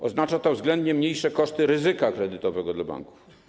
Oznacza to względnie mniejsze koszty ryzyka kredytowego dla banków.